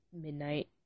midnight